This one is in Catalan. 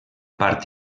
part